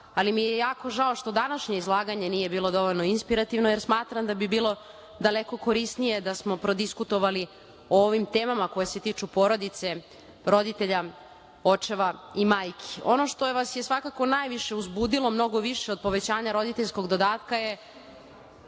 ali mi je jako žao što današnje izlaganje nije bilo dovoljno inspirativno, jer smatram da bi bilo daleko korisnije da smo prodiskutovali o ovim temama koje se tiču porodice, roditelja, očeva i majki. Ono što vas je svakako najviše uzbudilo, mnogo više od povećanja roditeljskog dodatka je